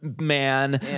man